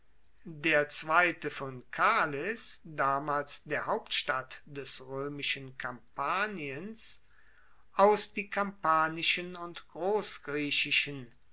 der zweite von cales damals der hauptstadt des roemischen kampaniens aus die kampanischen und